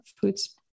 foods